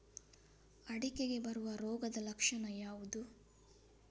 ಅಡಿಕೆಗೆ ಬರುವ ರೋಗದ ಲಕ್ಷಣ ಯಾವುದು?